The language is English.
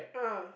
ah